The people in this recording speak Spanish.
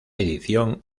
edición